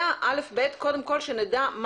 זה קודם כל שנדע.